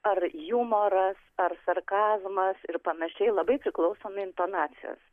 ar jumoras ar sarkazmas ir panašiai labai priklausomi intonacijos